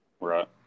right